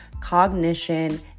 cognition